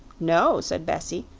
no, said bessie,